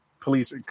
police